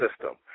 system